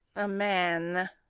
a man.